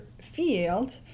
field